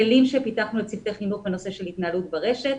כלים שפיתחנו לצוותי חינוך בנושא של התנהלות ברשת.